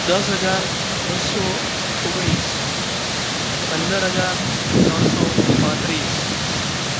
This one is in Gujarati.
દસ હજાર બસો ઓગણીસ પંદર હજાર ત્રણસો પાંત્રીસ